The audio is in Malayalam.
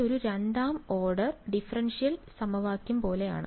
ഇതൊരു രണ്ടാം ഓർഡർ ഡിഫറൻഷ്യൽ സമവാക്യം പോലെയാണ്